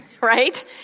Right